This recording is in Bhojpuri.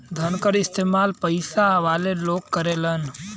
धनकर क इस्तेमाल पइसा वाले लोग करेलन